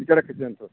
xerox ಇದ್ದೆಯಂತು